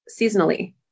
seasonally